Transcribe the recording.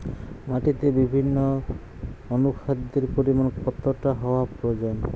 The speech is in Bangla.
মাটিতে বিভিন্ন অনুখাদ্যের পরিমাণ কতটা হওয়া প্রয়োজন?